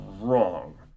Wrong